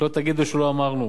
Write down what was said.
שלא תגידו שלא אמרנו: